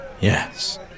Yes